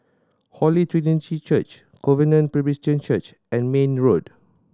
Holy Trinity Church Covenant Presbyterian Church and Mayne Road